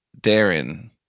Darren